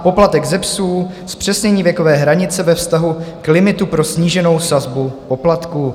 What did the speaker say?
Poplatek ze psů zpřesnění věkové hranice ve vztahu k limitu pro sníženou sazbu poplatku.